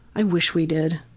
i wish we did.